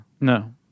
No